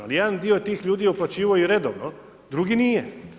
Ali jedan dio tih ljudi je uplaćivao i redovno, drugi nije.